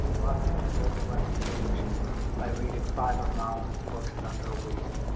roth had prepared to write his eulogy by reading five of malamud's books in under a week,